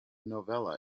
novella